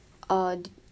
odd